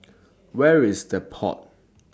Where IS The Pod